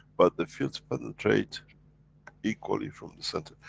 but the fields penetrate equally from the center.